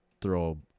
throw